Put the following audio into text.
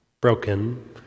broken